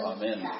Amen